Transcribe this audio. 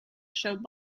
showed